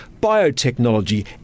biotechnology